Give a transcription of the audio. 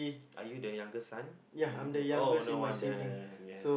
are you the youngest son in the family oh no wonder yes